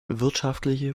wirtschaftliche